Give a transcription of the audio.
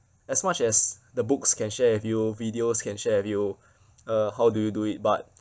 as much as the books can share with you videos can with you uh how do you do it but